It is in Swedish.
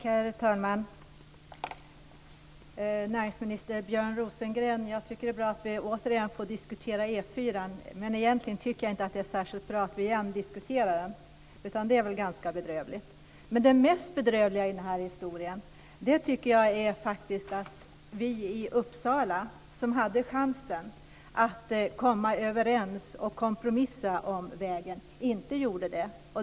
Herr talman! Näringsminister Björn Rosengren! Jag tycker att det är bra att vi återigen får diskutera E 4:an. Men egentligen tycker jag inte att det är särskilt bra att vi behöver göra det igen. Det är ganska bedrövligt. Men det mest bedrövliga i den här historien tycker jag faktiskt är att vi i Uppsala, som hade chansen att komma överens och kompromissa om vägen, inte gjorde det.